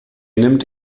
nimmt